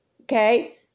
okay